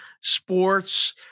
Sports